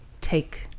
take